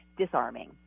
disarming